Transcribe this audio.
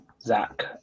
Zach